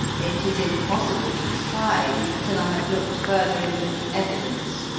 it is impossible to decide until i have looked further into the evidence.